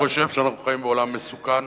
אדוני, אני חושב שאנחנו חיים בעולם מסוכן,